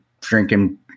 drinking